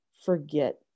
forget